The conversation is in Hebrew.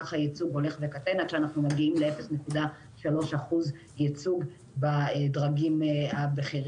ככה הייצוג הולך וקטן עד שאנחנו מגיעים ל-0.3% ייצוג בדרגים הבכירים.